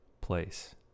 place